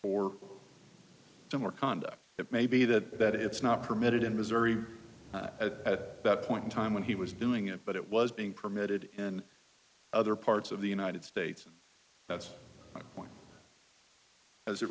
for two more conduct it may be that it's not permitted in missouri at that point in time when he was doing it but it was being permitted in other parts of the united states that's why as it